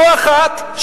לא אחת,